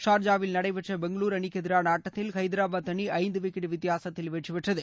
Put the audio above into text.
சார்ஜாவில் நடைபெற்ற பெங்களுரு அணிக்கு எதிரான ஆட்டத்தில் ஐதாரபாத் அணி ஐந்து விக்கெட் வித்தியாசத்தில் வெற்றி பெற்றது